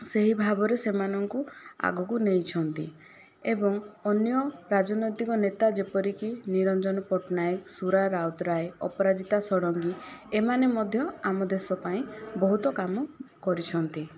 ସେହିଭାବରେ ସେମାନଙ୍କୁ ଆଗକୁ ନେଇଛନ୍ତି ଏବଂ ଅନ୍ୟ ରାଜନୈତିକ ନେତା ଯେପରିକି ନିରଞ୍ଜନ ପଟ୍ଟନାୟକ ସୁରା ରାଉତରାୟ ଅପରାଜିତା ଷଡ଼ଙ୍ଗୀ ଏମାନେ ମଧ୍ୟ ଆମ ଦେଶ ପାଇଁ ବହୁତ କାମ କରିଛନ୍ତି